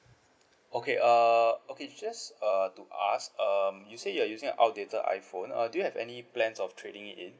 okay err okay just err to ask um you say you are using outdated iphone uh do you have any plans of trading it in